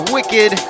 Wicked